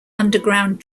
underground